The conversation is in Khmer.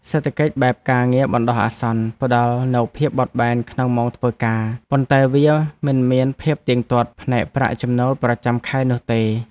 សេដ្ឋកិច្ចបែបការងារបណ្ដោះអាសន្នផ្តល់នូវភាពបត់បែនក្នុងម៉ោងធ្វើការ ប៉ុន្តែវាមិនមានភាពទៀងទាត់ផ្នែកប្រាក់ចំណូលប្រចាំខែនោះទេ។